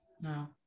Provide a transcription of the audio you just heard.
no